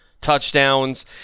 touchdowns